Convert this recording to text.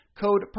Code